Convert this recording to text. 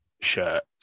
shirt